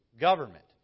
government